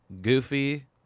goofy